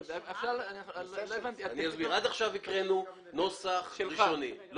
עד עכשיו הקראנו נוסח ראשוני.